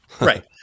Right